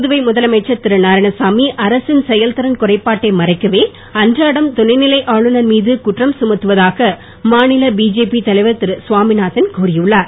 புதுவை முதலமைச்சர் திருநாராயணசாமி அரசின் செயல்திறன் குறைபாட்டை மறைக்கவே அன்றாடம் துணைநிலை ஆளுநர் மீது குற்றம் கமத்துவதாக மாநில பிஜேபி தலைவர் திருகவாமிநாதன் கூறியுள்ளார்